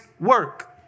work